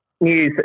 news